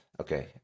Okay